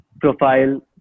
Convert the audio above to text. profile